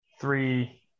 three